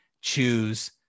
choose